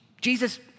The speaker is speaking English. Jesus